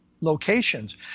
locations